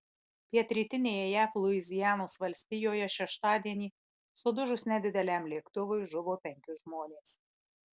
pietrytinėje jav luizianos valstijoje šeštadienį sudužus nedideliam lėktuvui žuvo penki žmonės